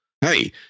Hey